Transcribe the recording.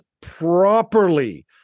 properly